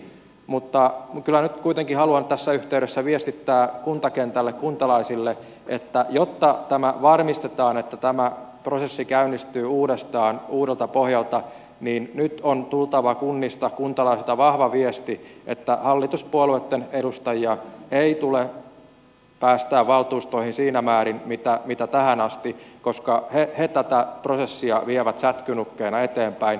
mutta kyllä nyt kuitenkin haluan tässä yhteydessä viestittää kuntakentälle kuntalaisille että jotta tämä varmistetaan että tämä prosessi käynnistyy uudestaan uudelta pohjalta niin nyt on tultava kunnista kuntalaisilta vahva viesti että hallituspuolueitten edustajia ei tule päästää valtuustoihin siinä määrin kuin tähän asti koska he tätä prosessia vievät sätkynukkeina eteenpäin